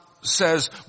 says